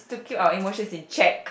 should our emotions in checked